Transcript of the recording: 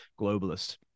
globalist